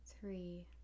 three